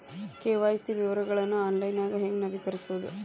KYC ವಿವರಗಳನ್ನ ಆನ್ಲೈನ್ಯಾಗ ಹೆಂಗ ನವೇಕರಿಸೋದ